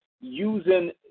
using